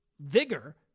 vigor